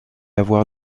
avoir